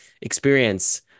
experience